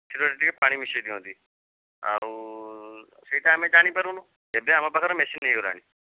କ୍ଷୀରରେ ଟିକେ ପାଣି ମିଶେଇ ଦିଅନ୍ତି ଆଉ ସେଇଟା ଆମେ ଜାଣି ପାରୁନୁ ଏବେ ଆମ ପାଖରେ ମେସିନ୍ ହେଇଗଲାଣି